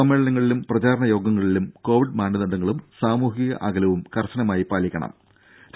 സമ്മേളനങ്ങളിലും പ്രചാരണ യോഗങ്ങളിലും കോവിഡ് മാനദണ്ഡങ്ങളും സാമൂഹ്യ അകലവും കർശനമായി പാലിക്കുകയും വേണം